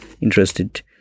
interested